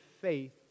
faith